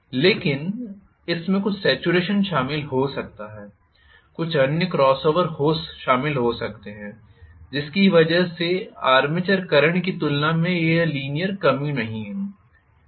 लेकिन इसमें कुछ सॅचुरेशन शामिल हो सकता है कुछ अन्य क्रॉसओवर शामिल हो सकते हैं जिसकी वजह से आर्मेचर करंट की तुलना में यह लीनीयर कमी नहीं है